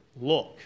look